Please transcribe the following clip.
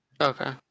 okay